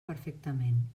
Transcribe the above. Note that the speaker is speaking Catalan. perfectament